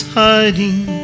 hiding